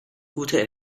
gute